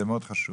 זה מאוד חשוב.